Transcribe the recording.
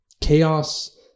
chaos